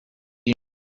you